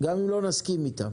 גם אם לא נסכים איתם,